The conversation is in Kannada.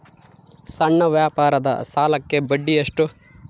ಸಣ್ಣ ವ್ಯಾಪಾರದ ಸಾಲಕ್ಕೆ ಬಡ್ಡಿ ಎಷ್ಟು?